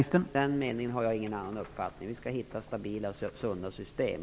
Herr talman! I den meningen har jag ingen annan uppfattning. Vi skall hitta stabila och sunda system.